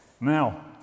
Now